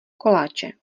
koláče